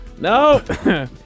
No